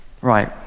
right